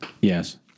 Yes